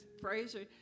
Frazier